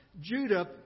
Judah